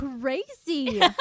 Crazy